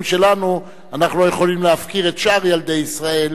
שלנו אנחנו לא יכולים להפקיר את שאר ילדי ישראל,